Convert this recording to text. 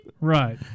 Right